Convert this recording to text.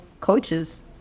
coaches